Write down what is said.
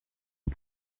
est